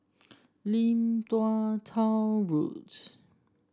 Lim Tua Tow Road